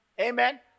Amen